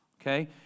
Okay